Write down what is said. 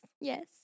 Yes